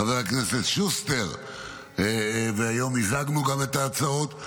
חבר הכנסת שוסטר, והיום גם מיזגנו את ההצעות.